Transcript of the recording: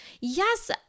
Yes